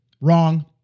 Wrong